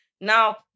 Now